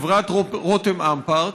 חברת רותם אמפרט,